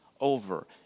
over